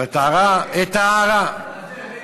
אבל את ההערה, להצביע נגד עכשיו?